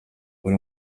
buri